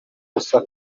moussa